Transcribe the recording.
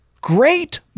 great